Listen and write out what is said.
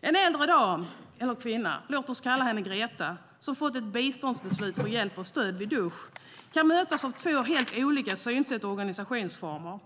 En äldre dam eller kvinna, låt oss kalla henne Greta, som fått ett biståndsbeslut för hjälp och stöd vid dusch kan mötas av två helt olika synsätt och organisationsformer.